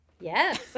Yes